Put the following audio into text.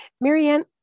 Marianne